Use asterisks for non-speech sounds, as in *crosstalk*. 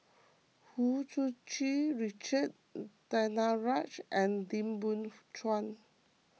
*noise* Hu Tsu Tau Richard Danaraj and Lim Biow Chuan